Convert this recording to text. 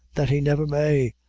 that he never may,